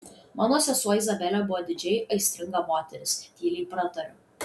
mano sesuo izabelė buvo didžiai aistringa moteris tyliai pratariu